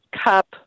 cup